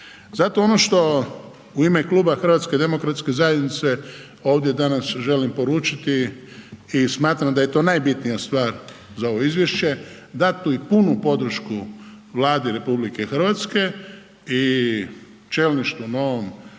Zato ono što u ime Kluba HDZ-a ovdje danas želim poručiti i smatram da je to najbitnija stvar za ovo izvješće, dat im punu podršku Vladi RH i čelništvu novom Državnog